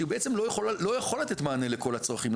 שבעצם לא יכול לתת מענה לכל הצרכים,